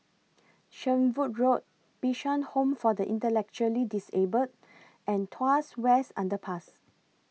Shenvood Road Bishan Home For The Intellectually Disabled and Tuas West Underpass